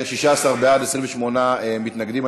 16 בעד, 28 מתנגדים.